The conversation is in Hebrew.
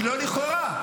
לא, לא, לא לכאורה.